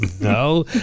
No